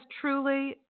truly